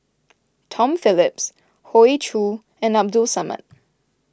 Tom Phillips Hoey Choo and Abdul Samad